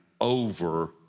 over